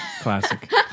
Classic